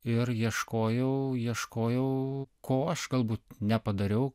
ir ieškojau ieškojau ko aš galbūt nepadariau